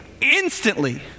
Instantly